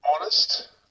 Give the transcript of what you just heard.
honest